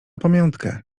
pamiątkę